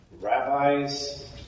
Rabbis